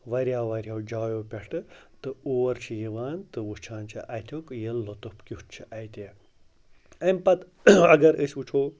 واریاہو واریاہو جایو پٮ۪ٹھٕ تہٕ اور چھِ یِوان تہٕ وٕچھان چھِ اَتیُک یہِ لُطُف کیُتھ چھُ اَتہِ اَمہِ پَتہٕ اگر أسۍ وٕچھو